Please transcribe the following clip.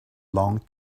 long